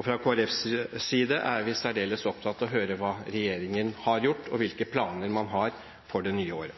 Fra Kristelig Folkepartis side er vi særdeles opptatt av å høre hva regjeringen har gjort og hvilke planer man har for det nye